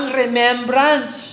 remembrance